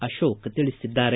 ಆಶೋಕ್ ತಿಳಿಸಿದ್ದಾರೆ